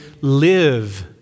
live